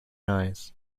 eyes